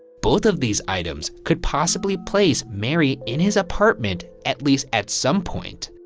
both of these items could possibly place mary in his apartment at least at some point.